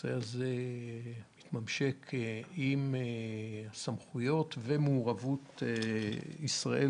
הנושא הזה התממשק עם הסמכויות ומעורבות ישראל,